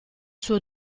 suo